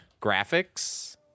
Graphics